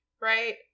right